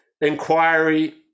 inquiry